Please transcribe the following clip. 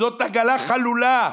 זאת עגלה חלולה.